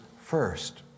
first